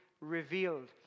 revealed